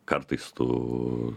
kartais tu